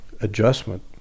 adjustment